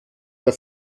der